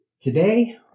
Today